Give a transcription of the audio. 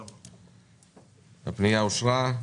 הצבעה אושר.